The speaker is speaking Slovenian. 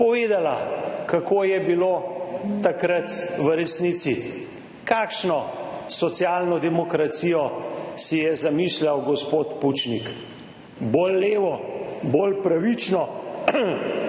povedala, kako je bilo takrat v resnici, kakšno socialno demokracijo si je zamišljal gospod Pučnik, bolj levo, bolj pravično